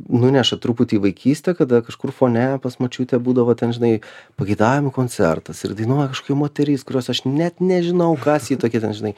nuneša truputį į vaikystę kada kažkur fone pas močiutę būdavo ten žinai pageidavimų koncertas ir dainuoja kažkokia moteris kurios aš net nežinau kas ji tokia ten žinai